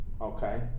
okay